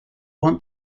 want